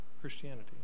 Christianity